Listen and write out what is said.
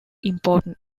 important